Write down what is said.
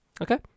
okay